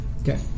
Okay